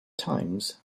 times